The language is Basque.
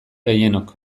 gehienok